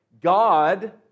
God